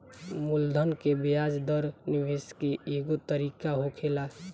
मूलधन के ब्याज दर निवेश के एगो तरीका होखेला